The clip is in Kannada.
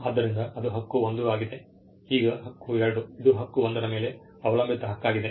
ಆದ್ದರಿಂದ ಅದು ಹಕ್ಕು 1 ಆಗಿದೆ ಈಗ ಹಕ್ಕು 2 ಇದು ಹಕ್ಕು 1 ರ ಮೇಲೆ ಅವಲಂಬಿತ ಹಕ್ಕಾಗಿದೆ